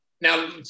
Now